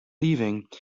leaving